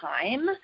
time